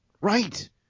Right